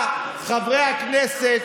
חברי הכנסת,